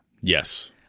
Yes